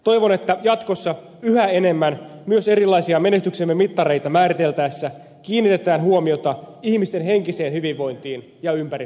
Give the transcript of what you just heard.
toivon että jatkossa yhä enemmän myös erilaisia menestyksemme mittareita määriteltäessä kiinnitetään huomiota ihmisten henkiseen hyvinvointiin ja ympäristön tilaan